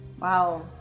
wow